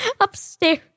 upstairs